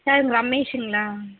sir ரமேஷ்ங்களா